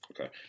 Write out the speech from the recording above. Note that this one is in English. Okay